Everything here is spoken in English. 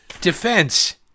Defense